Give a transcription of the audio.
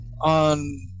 on